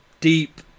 deep